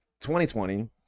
2020